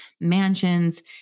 mansions